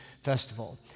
festival